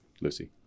Lucy